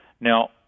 Now